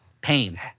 Pain